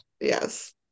yes